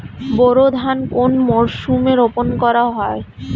বোরো ধান কোন মরশুমে রোপণ করা হয়?